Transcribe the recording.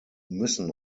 müssen